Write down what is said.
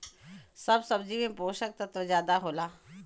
सब सब्जी में पोसक तत्व जादा होला